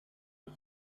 was